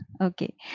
Okay